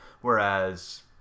whereas